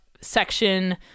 section